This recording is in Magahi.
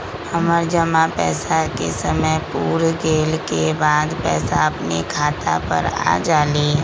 हमर जमा पैसा के समय पुर गेल के बाद पैसा अपने खाता पर आ जाले?